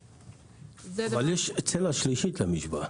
אבל יש צלע שלישית למשוואה.